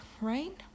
right